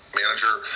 manager